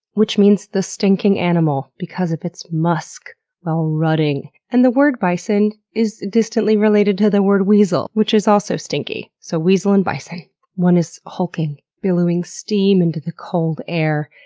which means the stinking animal because of its musk while rutting. and the word bison is distantly related to the word weasel, which is also stinky. so weasel and bison one is hulking, billowing steam into the cold air,